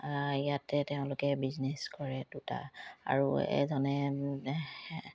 ইয়াতে তেওঁলোকে বিজনেচ কৰে দুটা আৰু এজনে